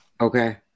Okay